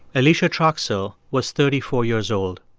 alicia troxell was thirty four years old.